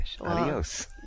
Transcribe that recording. Adios